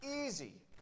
easy